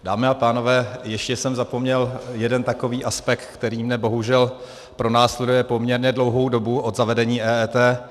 Dámy a pánové, ještě jsem zapomněl jeden takový aspekt, který mě bohužel pronásleduje poměrně dlouhou dobu od zavedení EET.